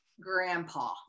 Grandpa